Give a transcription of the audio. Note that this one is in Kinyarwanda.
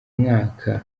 mwaka